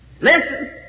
Listen